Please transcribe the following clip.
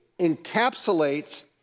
encapsulates